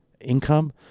income